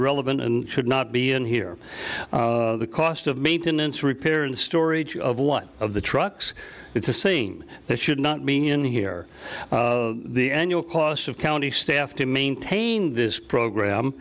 relevant and should not be in here the cost of maintenance repair and storage of one of the trucks it's the same there should not being in here the annual costs of county staff to maintain this program